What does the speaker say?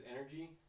energy